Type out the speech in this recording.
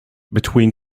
between